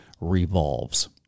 revolves